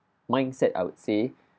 mindset I would say